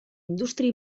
indústria